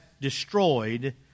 destroyed